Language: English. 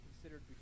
considered